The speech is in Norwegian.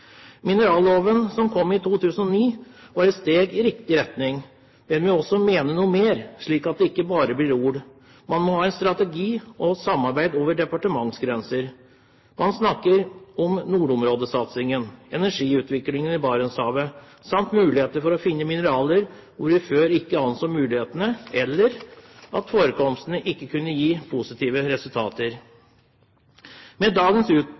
Mineralloven, som kom i 2009, var et steg i riktig retning, men man må også mene noe mer, slik at det ikke bare blir ord. Man må ha en strategi og samarbeid over departementsgrenser. Man snakker om nordområdesatsingen, energiutviklingen i Barentshavet samt muligheter for å finne mineraler der hvor vi før ikke så mulighetene, eller der forekomstene ikke ga positive resultater. Med dagens